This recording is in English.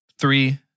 Three